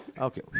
Okay